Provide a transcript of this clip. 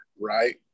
right